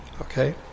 Okay